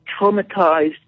traumatized